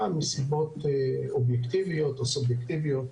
מסיבות אובייקטיביות או סובייקטיביות.